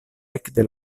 ekde